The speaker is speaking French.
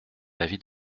l’avis